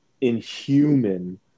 inhuman